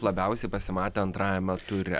labiausiai pasimatė antrajame ture